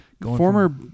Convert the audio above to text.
Former